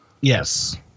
Yes